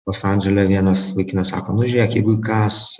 los andžele vienas vaikinas sako nu žiūrėk jeigu įkąs